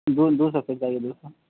دو دو سو پیر چاہیے دو سو